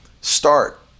start